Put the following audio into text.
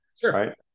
Sure